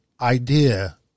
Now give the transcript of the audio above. idea